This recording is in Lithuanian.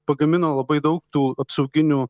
pagamino labai daug tų apsauginių